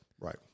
Right